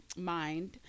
mind